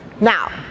Now